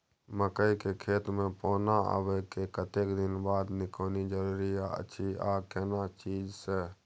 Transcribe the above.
मकई के खेत मे पौना आबय के कतेक दिन बाद निकौनी जरूरी अछि आ केना चीज से?